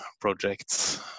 projects